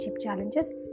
challenges